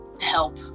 help